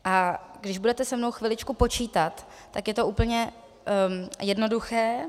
A když budete se mnou chviličku počítat, tak je to úplně jednoduché.